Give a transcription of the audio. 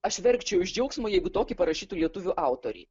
aš verkčiau iš džiaugsmo jeigu tokį parašytų lietuvių autoriai